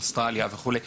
באוסטרליה וכדומה,